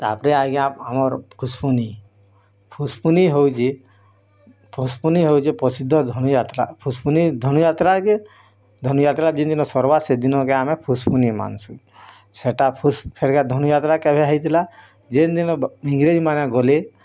ତା'ପରେ ଆଜ୍ଞା ଆମର ପୁଷ୍ପୂନି ପୁଷ୍ପୂନି ହେଉଛି ପୁଷ୍ପୂନି ହେଉଛି ପ୍ରସିଦ୍ଧ ଧନୁଯାତ୍ରା ପୁଷ୍ପୂନି ଧନୁଯାତ୍ରା କେ ଧନୁଯାତ୍ରା ଯିନ୍ ଦିନ ସରିବା ସେ ଦିନ ଏକା ଆମେ ପୁଷ୍ପୂନି ମାନ୍ସୁଁ ସେଇଟା ହେରିକା ଧନୁଯାତ୍ରା କେବେ ହେଇଥିଲା ଯିନ୍ ଦିନ ଇଂରେଜମାନେ ଗଲେ